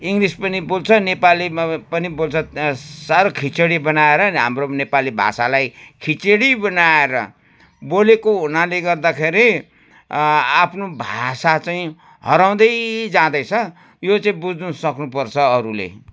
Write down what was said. English पनि बोल्छ नेपालीमा पनि बोल्छ साह्रो खिचडी बनाएर पनि हाम्रो नेपाली भाषालाई खिचडी बनाएर बोलेको हुनाले गर्दाखेरि आफ्नो भाषा चाहिँ हराउँदै जाँदैछ यो चाहिँ बुझ्न सक्नुपर्छ अरूले